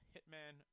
hitman